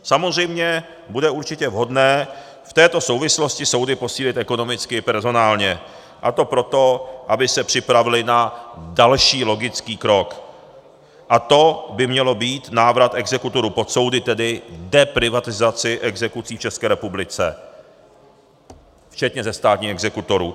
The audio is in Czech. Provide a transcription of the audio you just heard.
Samozřejmě bude určitě vhodné v této souvislosti soudy posílit ekonomicky i personálně, a to proto, aby se připravily na další logický krok a to by měl být návrat exekutorů pod soudy, tedy deprivatizaci exekucí v České republice včetně zestátnění exekutorů.